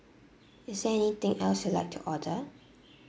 is there anything else you'd like to order